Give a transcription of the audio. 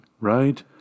right